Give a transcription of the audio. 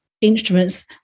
instruments